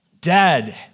dead